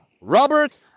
Robert